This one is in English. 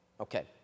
okay